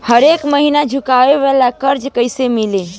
हरेक महिना चुकावे वाला कर्जा कैसे मिली?